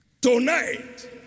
tonight